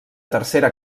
tercera